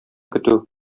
көтү